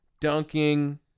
dunking